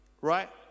right